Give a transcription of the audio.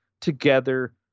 together